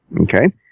Okay